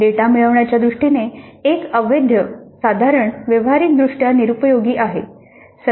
data मिळविण्याच्या दृष्टीने एक अवैध साधारण व्यावहारिकदृष्ट्या निरुपयोगी आहे